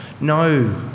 No